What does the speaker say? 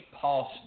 past